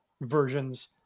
versions